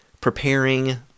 preparing